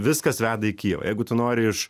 viskas veda į kijevą jeigu tu nori iš